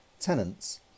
tenants